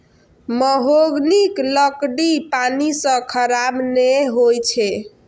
महोगनीक लकड़ी पानि सं खराब नै होइ छै